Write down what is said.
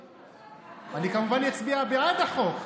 אני כמובן אצביע בעד החוק,